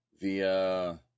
via